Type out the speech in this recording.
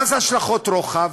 מה זה השלכות רוחב?